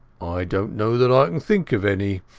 ai donat know that i can think of any.